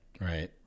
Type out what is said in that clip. right